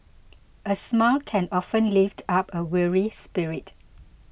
a smile can often lift up a weary spirit